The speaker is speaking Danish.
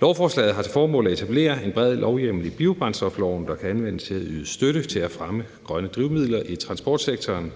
Lovforslaget har til formål at etablere en bred lovhjemmel i biobrændstofloven, der kan anvendes til at yde støtte til at fremme grønne drivmidler i transportsektoren,